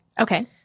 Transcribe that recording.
Okay